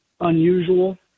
unusual